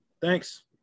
thanks